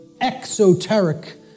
exoteric